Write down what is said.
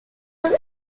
were